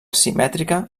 simètrica